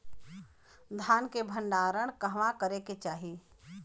धान के भण्डारण कहवा करे के चाही?